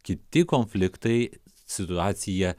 kiti konfliktai situaciją